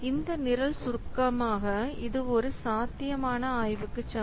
இந்த நிரல் சுருக்கமாக இது ஒரு சாத்தியமான ஆய்வுக்கு சமம்